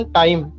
time